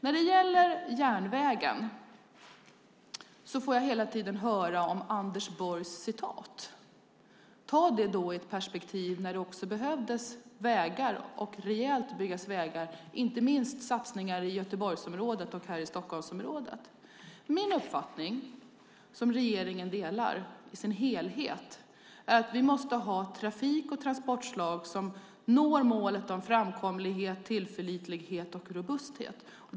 När det gäller järnvägen får jag hela tiden höra om Anders Borgs citat. Ta det med i ett perspektiv när det behövde byggas vägar, inte minst satsningar i Göteborgsområdet och i Stockholmsområdet. Min uppfattning, som regeringen delar i sin helhet, är att vi måste ha trafik och transportslag som når målet om framkomlighet, tillförlitlighet och robusthet.